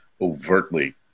overtly